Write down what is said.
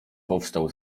powstał